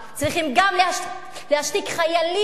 צריך גם להשתיק חיילים